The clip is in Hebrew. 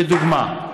לדוגמה,